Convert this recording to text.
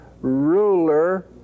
Ruler